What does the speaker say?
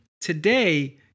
today